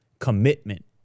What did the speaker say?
commitment